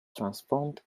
transformed